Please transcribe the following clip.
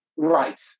Right